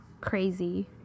Crazy